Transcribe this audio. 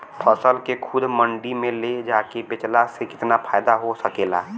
फसल के खुद मंडी में ले जाके बेचला से कितना फायदा हो सकेला?